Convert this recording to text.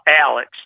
Alex